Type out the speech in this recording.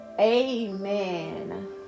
Amen